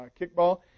kickball